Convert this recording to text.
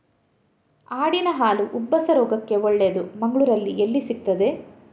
ಆಡಿನ ಹಾಲು ಉಬ್ಬಸ ರೋಗಕ್ಕೆ ಒಳ್ಳೆದು, ಮಂಗಳ್ಳೂರಲ್ಲಿ ಎಲ್ಲಿ ಸಿಕ್ತಾದೆ?